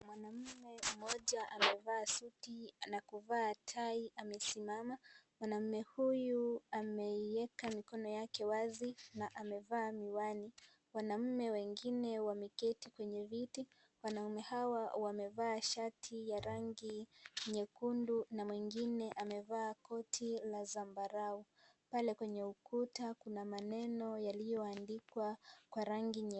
Mwanaume mmoja amevaa suti na kuvaa tai amesimama . Mwanaume huyu ameieka mikono yake wazi na amevaa miwani. Wanaume wameketi kwenye viti, wanaume hawa wamevaa shati ya rangi nyekundu na mwingine amevaa koti la zambarao, pale kwenye ukuta kuna maneno yaliyoandikwa Kwa rangi nyeusi.